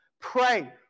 Pray